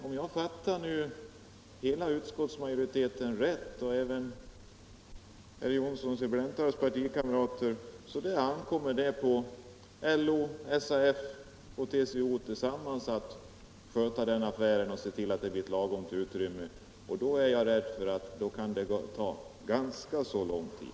Om jag har fattat utskottsmajoriteten rätt och även herr Johnssons i Blentarp partikamrater, ankommer det på LO, SAF och TCO tillsammans att sköta den affären och se till att det blir ett lagom stort utrymme, och då är jag rädd att det kan ta ganska lång tid.